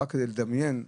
רק לדמיין,